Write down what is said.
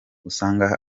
usanga